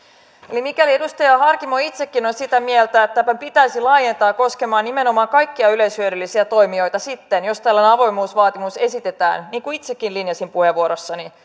eli mikäli edustaja harkimo itsekin on sitä mieltä että tämä pitäisi laajentaa koskemaan nimenomaan kaikkia yleishyödyllisiä toimijoita sitten jos tällainen avoimuusvaatimus esitetään niin kuin itsekin linjasin puheenvuorossani